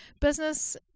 Business